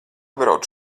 brauc